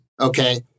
Okay